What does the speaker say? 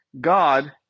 God